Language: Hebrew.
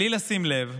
בלי לשים לב,